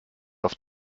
auf